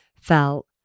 felt